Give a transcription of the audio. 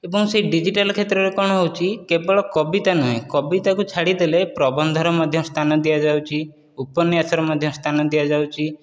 ଏବଂ ସେହି ଡିଜିଟାଲ କ୍ଷେତ୍ରରେ କ'ଣ ହେଉଛି କେବଳ କବିତା ନୁହେଁ କବିତାକୁ ଛାଡ଼ିଦେଲେ ପ୍ରବନ୍ଧର ମଧ୍ୟ ସ୍ଥାନ ଦିଆଯାଉଛି ଉପନ୍ୟାସର ମଧ୍ୟ ସ୍ଥାନ ଦିଆଯାଉଛି